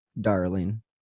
darling